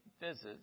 visits